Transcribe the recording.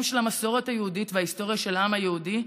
של המסורת היהודית וההיסטוריה של העם היהודי,